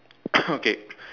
okay